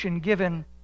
given